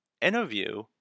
interview